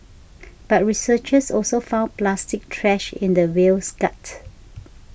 but researchers also found plastic trash in the whale's gut